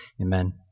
Amen